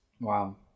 wow